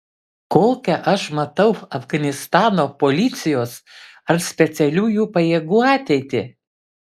kokią aš matau afganistano policijos ar specialiųjų pajėgų ateitį